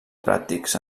pràctics